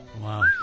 Wow